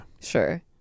Sure